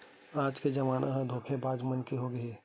आज के जमाना ह धोखेबाज मन के होगे हे